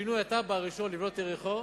שינוי התב"ע הראשון לבנות את יריחו,